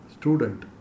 student